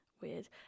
Weird